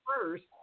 first